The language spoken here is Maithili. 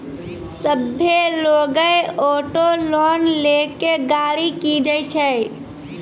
सभ्भे लोगै ऑटो लोन लेय के गाड़ी किनै छै